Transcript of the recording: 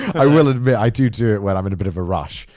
i will admit, i do do it when i'm in a bit of a rush.